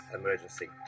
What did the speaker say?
emergency